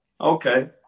okay